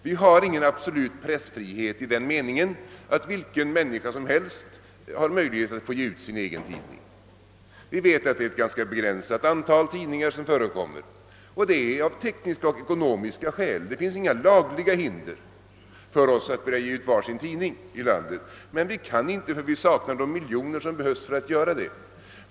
Vi har ingen absolut pressfrihet i den meningen att vilken människa som helst har möjlighet att ge ut sin egen tidning. Vi vet att det endast förekommer ett begränsat antal tidningar i vårt land, och det är av tekniska och ekonomiska skäl. Det finns inga lagliga hinder för oss att ge ut var sin tidning men vi kan inte, ty vi saknar de miljoner som behövs för att göra det.